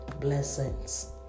blessings